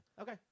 Okay